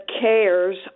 cares